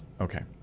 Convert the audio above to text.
Okay